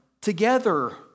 together